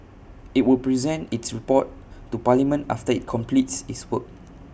IT will present its report to parliament after IT completes its work